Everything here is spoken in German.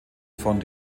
von